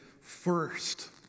first